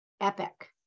EPIC